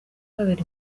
habera